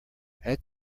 add